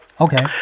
Okay